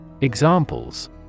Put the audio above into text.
Examples